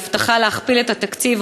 ההבטחה להכפיל את התקציב,